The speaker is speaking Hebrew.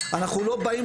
אנחנו לא באים,